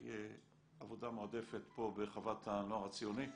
עבודה מועדפת פה בחוות הנוער הציוני,